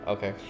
Okay